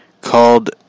called